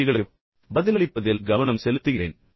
நான் கேள்விகளுக்கு பதிலளிப்பதில் கவனம் செலுத்துகிறேன்